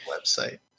website